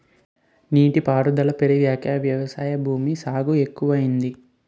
నీటి పారుదుల పెరిగాక వ్యవసాయ భూమి సాగు ఎక్కువయింది